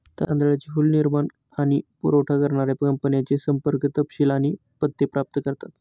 तांदळाची हुल निर्माण आणि पुरावठा करणाऱ्या कंपन्यांचे संपर्क तपशील आणि पत्ते प्राप्त करतात